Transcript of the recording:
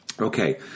Okay